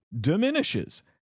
diminishes